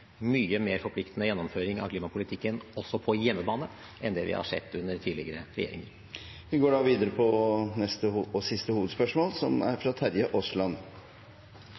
mye mer forpliktende gjennomføring av klimapolitikken også på hjemmebane enn det vi har sett under tidligere regjeringer. Vi går da til neste – og siste – hovedspørsmål.